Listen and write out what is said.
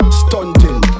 stunting